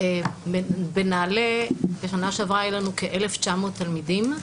בנעל"ה בשנה שעברה היו לנו כ-1,900 תלמידים,